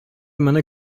моны